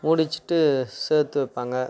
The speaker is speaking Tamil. மூடி வச்சிட்டு சேர்த்து வைப்பாங்க